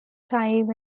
time